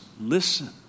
listen